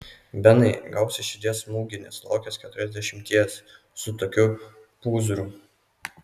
benai gausi širdies smūgį nesulaukęs keturiasdešimties su tokiu pūzru